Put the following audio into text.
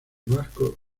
vasco